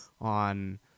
on